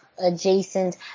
Adjacent